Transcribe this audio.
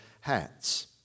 hats